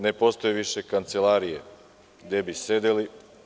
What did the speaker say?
Ne postoje više kancelarije gde bi sedeli.